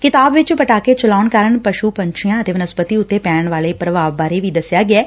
ਕਿਤਾਬ ਵਿਚ ਪਟਾਕੇ ਚਲਾਉਣ ਕਾਰਨ ਪਸ੍ਸ ਪੰਛੀਆਂ ਅਤੇ ਵਨਸਪਤੀ ਉੱਤੇ ਪੈਣ ਵਾਲੇ ਪੁਭਾਵ ਬਾਰੇ ਵੀ ਦਸਿਆ ਗਿਐ